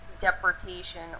deportation